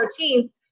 14th